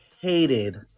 hated